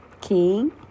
King